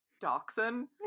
Dachshund